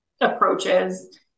approaches